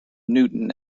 newton